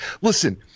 Listen